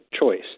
choice